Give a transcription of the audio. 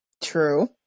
True